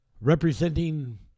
representing